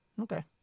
Okay